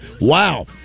Wow